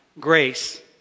grace